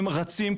הם רצים,